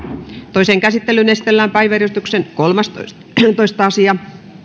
toiseen käsittelyyn esitellään päiväjärjestyksen kolmastoista asia